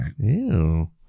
Ew